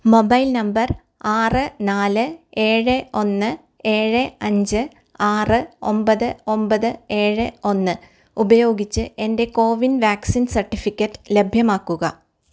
mobile number ആറ് നാല് ഏഴ് ഒന്ന് ഏഴ് അഞ്ച് ആറ് ഒമ്പത് ഒമ്പത് ഏഴ് ഒന്ന് ഉപയോഗിച്ച് എൻ്റെ കോവിൻ വാക്സിൻ സർട്ടിഫിക്കറ്റ് ലഭ്യമാക്കുക